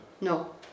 No